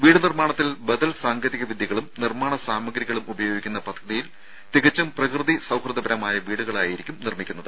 വീട് നിർമ്മാണത്തിൽ ബദൽ സാങ്കേതിക വിദ്യകളും നിർമ്മാണ സാമഗ്രികളും ഉപയോഗിക്കുന്ന പദ്ധതിയിൽ തികച്ചും പ്രകൃതി സൌഹൃദപരമായ വീടുകളായിരിക്കും നിർമ്മിക്കുന്നത്